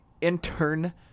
intern